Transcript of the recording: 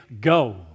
go